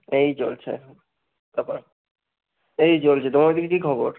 এই চলছে তারপর এই চলছে তোমার ওইদিকে কী খবর